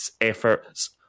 efforts